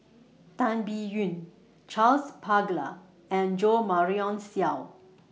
Tan Biyun Charles Paglar and Jo Marion Seow